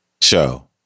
Show